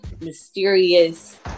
mysterious